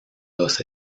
los